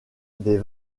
des